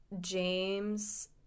James